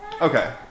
Okay